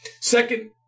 Second